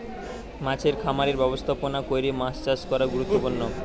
মাছের খামারের ব্যবস্থাপনা কইরে মাছ চাষ করা গুরুত্বপূর্ণ